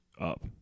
up